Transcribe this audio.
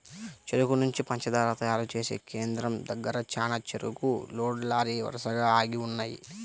చెరుకు నుంచి పంచదార తయారు చేసే కేంద్రం దగ్గర చానా చెరుకు లోడ్ లారీలు వరసగా ఆగి ఉన్నయ్యి